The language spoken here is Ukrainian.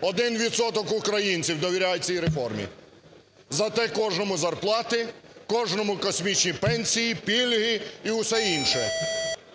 Один відсоток українців довіряють цій реформі. Зате кожному зарплати, кожному космічні пенсії, пільги і усе інше.